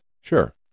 Sure